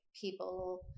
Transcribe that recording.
people